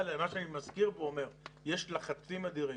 אני מסביר ואומר שיש לחצים אדירים.